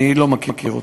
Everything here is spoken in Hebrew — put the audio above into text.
אני לא מכיר אותם.